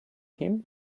him